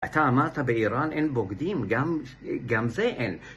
אתה אמרת באיראן אין בוגדים, גם זה אין.